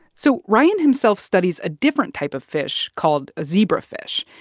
so ryan himself studies a different type of fish called a zebrafish,